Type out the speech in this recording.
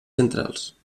centrals